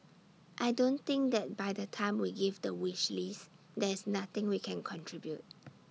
I don't think that by the time we give the wish list there is nothing we can contribute